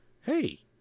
Hey